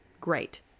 Great